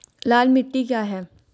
लाल मिट्टी क्या है?